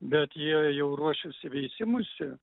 bet jie jau ruošiasi veisimuisi